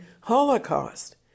Holocaust